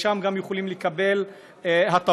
שם גם יכולים לקבל הטבות,